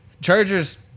Chargers